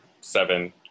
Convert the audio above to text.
seven